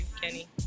Kenny